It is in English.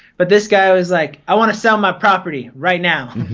but this guy was like, i wanna sell my property right now.